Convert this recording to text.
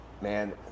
man